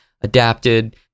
adapted